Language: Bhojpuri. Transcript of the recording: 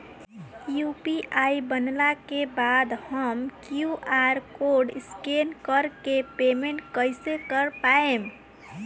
यू.पी.आई बनला के बाद हम क्यू.आर कोड स्कैन कर के पेमेंट कइसे कर पाएम?